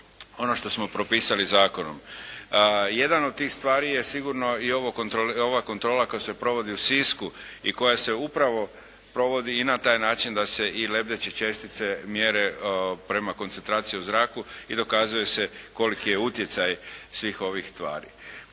ono što smo propisali zakonom. Jedan od tih stvari je sigurno i ova kontrola koja se provodi u Sisku i koja se upravo provodi i na taj način da se i lebdeće čestice mjere prema koncentraciji u zraku i dokazuje se koliki je utjecaj svih ovih tvari.